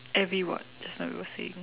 every what just now you were saying